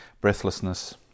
breathlessness